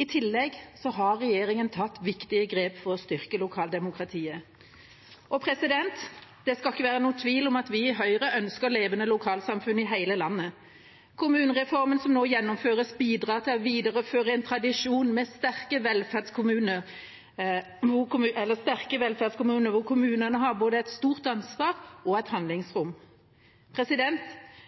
I tillegg har regjeringa tatt viktige grep for å styrke lokaldemokratiet. Det skal ikke være noen tvil om at vi i Høyre ønsker levende lokalsamfunn i hele landet. Kommunereformen som nå gjennomføres, bidrar til å videreføre en tradisjon med sterke velferdskommuner, hvor kommunene har både et stort ansvar og et handlingsrom.